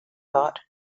thought